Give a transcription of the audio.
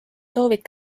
soovid